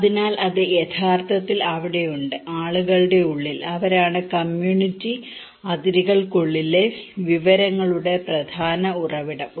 അതിനാൽ അത് യഥാർത്ഥത്തിൽ അവിടെയുണ്ട് ആളുകളുടെ ഉള്ളിൽ അവരാണ് കമ്മ്യൂണിറ്റി അതിരുകൾക്കുള്ളിലെ വിവരങ്ങളുടെ പ്രധാന ഉറവിടം